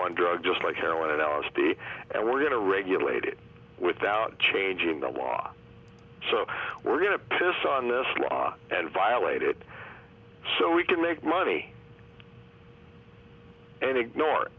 one drug just like heroin in our state and we're going to regulate it without changing the law so we're going to piss on this law and violated so we can make money any ignore it